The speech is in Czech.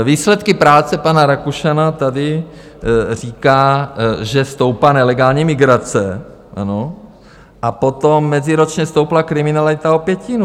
Výsledky práce pana Rakušana: tady říká, že stoupá nelegální migrace, ano, a potom meziročně stoupla kriminalita o pětinu.